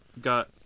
got